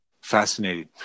Fascinating